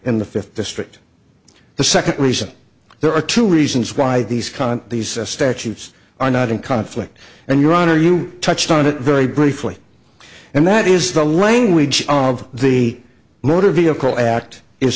in the fifth district the second reason there are two reasons why these con these statutes are not in conflict and your honor you touched on it very briefly and that is the language of the motor vehicle act is